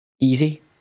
Easy